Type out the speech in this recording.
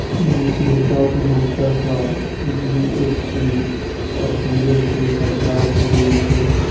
बिक्रेता उपभोक्ता सं जी.एस.टी ओसूलि कें सरकार कें दै छै